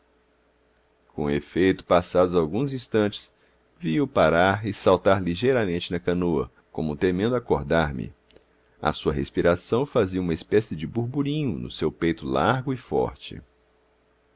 com efeito passados alguns instantes vi-o parar e saltar ligeiramente na canoa como temendo acordar-me a sua respiração fazia uma espécie de burburinho no seu peito largo e forte